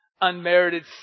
unmerited